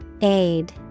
Aid